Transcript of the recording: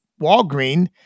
Walgreens